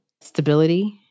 stability